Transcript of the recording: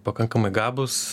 pakankamai gabūs